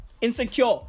insecure